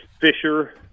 Fisher –